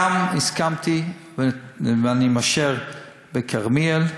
גם הסכמתי ואני מאשר בכרמיאל,